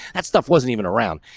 that stuff wasn't even around.